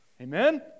Amen